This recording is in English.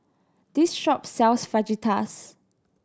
this shop sells Fajitas